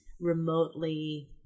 remotely